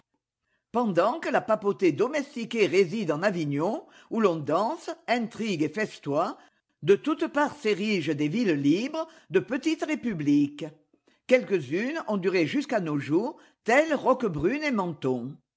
pendant que la papauté domestiquée réside en avignon où l'on danse intrigue cl festoie de toutes parts s'érigent des villes libres de petites républiques quelques-unes ont duré jusqu'à nos jours telles roquebrune et menton